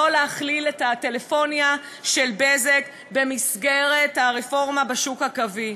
להכליל את הטלפוניה של "בזק" במסגרת הרפורמה של השוק הקווי.